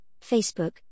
Facebook